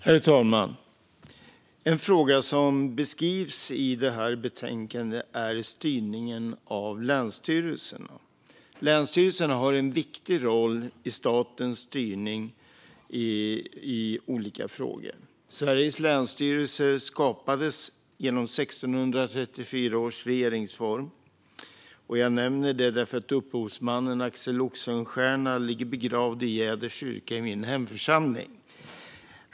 Herr talman! En fråga som beskrivs i detta betänkande är styrningen av länsstyrelserna. Dessa har en viktig roll i statens styrning i olika frågor. Sveriges länsstyrelser skapades genom 1634 års regeringsform. Jag nämner det därför att upphovsmannen Axel Oxenstierna ligger begravd i Jäders kyrka i min hemförsamling.